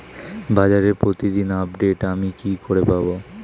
বাজারের প্রতিদিন আপডেট আমি কি করে পাবো?